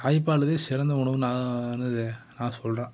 தாய்பால் சிறந்த உணவுன்னு நான் என்னது நான் சொல்லுறேன்